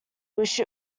wish